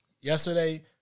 yesterday